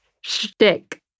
shtick